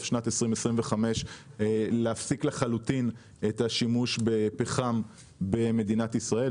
שנת 2025 להפסיק לחלוטין את השימוש בפחם במדינת ישראל,